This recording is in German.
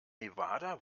nevada